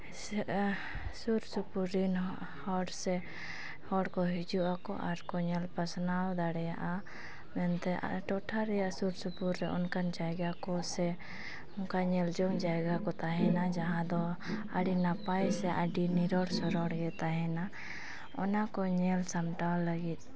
ᱥᱮ ᱟᱨ ᱥᱩᱨᱼᱥᱩᱯᱩᱨ ᱨᱤᱱ ᱦᱚᱲ ᱥᱮ ᱦᱚᱲᱠᱚ ᱦᱤᱡᱩᱜᱼᱟᱠᱚ ᱟᱨ ᱠᱚ ᱧᱮᱞ ᱯᱟᱥᱱᱟᱣ ᱫᱟᱲᱮᱭᱟᱜᱼᱟ ᱢᱮᱱᱛᱮ ᱟᱨ ᱴᱚᱴᱷᱟ ᱨᱮᱭᱟᱜ ᱥᱩᱨᱼᱥᱩᱯᱩᱨ ᱨᱮ ᱚᱱᱠᱟᱱ ᱡᱟᱭᱜᱟ ᱠᱚ ᱥᱮ ᱚᱱᱠᱟ ᱧᱮᱞ ᱡᱚᱝ ᱡᱟᱭᱜᱟ ᱠᱚ ᱛᱟᱦᱮᱱᱟ ᱡᱟᱦᱟᱸᱫᱚ ᱟᱹᱰᱤ ᱱᱟᱯᱟᱭ ᱥᱮ ᱟᱹᱰᱤ ᱱᱤᱨᱚᱲ ᱥᱚᱨᱚᱲ ᱜᱮ ᱛᱟᱦᱮᱸᱱᱟ ᱚᱱᱟ ᱠᱚ ᱧᱮᱞ ᱥᱟᱢᱴᱟᱣ ᱞᱟᱹᱜᱤᱫ